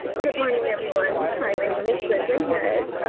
good morning, everyone. hi, my name is liz manjarrez.